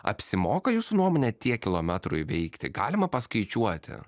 apsimoka jūsų nuomone tiek kilometrų įveikti galima paskaičiuoti